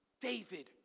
David